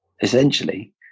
essentially